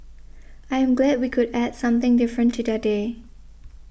I am glad we could add something different to their day